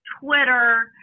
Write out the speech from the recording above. Twitter